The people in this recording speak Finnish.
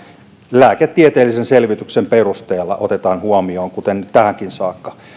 lääketieteellisen selvityksen perusteella otetaan huomioon kuten tähänkin saakka